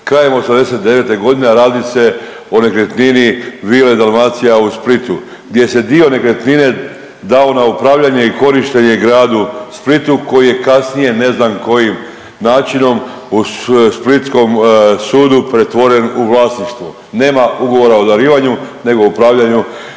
krajem '89.g., a radi se o nekretnini Vile Dalmacija u Splitu gdje se dio nekretnine dao na upravljanje i korištenje gradu Splitu koji je kasnije, ne znam kojim načinom, u splitskom sudu pretvoren u vlasništvo, nema ugovora o darivanju nego o upravljanju.